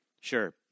sure –